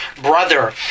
brother